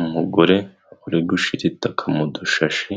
Umugore uri gushira itaka mu dushashi,